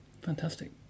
fantastic